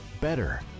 better